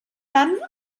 tant